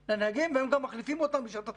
לנהגים, והם גם מכניסים אותם בשעת הצורך.